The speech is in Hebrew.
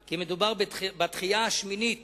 כי מדובר בדחייה השמינית